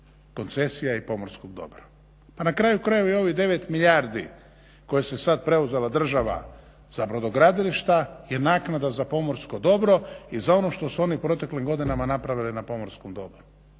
koncesija i pomorskog dobra. A nakraju krajeva i ovih 9 milijardi koja je sada preuzela država za brodogradilišta je naknada za pomorsko dobro i za ono što su oni u proteklim godinama napravili na pomorskom dobru.